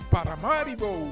Paramaribo